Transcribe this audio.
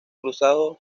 cruzado